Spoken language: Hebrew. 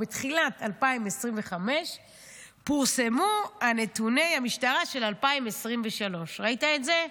בתחילת 2025 פורסמו היום נתוני המשטרה של 2023. ראית את זה?